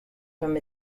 from